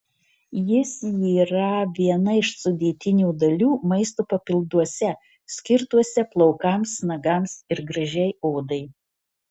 jis yra viena iš sudėtinių dalių maisto papilduose skirtuose plaukams nagams ir gražiai odai